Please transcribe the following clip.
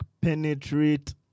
penetrate